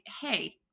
hey –